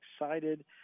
excited